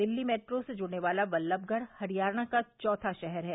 Delhi metro से जुड़ने वाला बल्लभगढ़ हरियाणा का चौथा शहर है